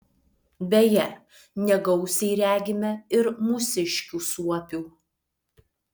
beje negausiai regime ir mūsiškių suopių